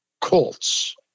Colts